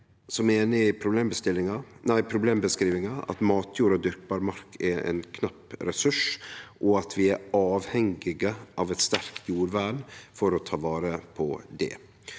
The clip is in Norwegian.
er einig i problembeskrivinga om at matjord og dyrkbar mark er ein knapp ressurs, og at vi er avhengige av eit sterkt jordvern for å ta vare på det.